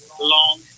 long